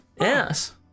Yes